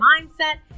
mindset